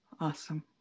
Awesome